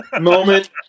moment